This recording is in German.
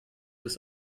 des